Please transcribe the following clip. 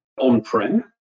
on-prem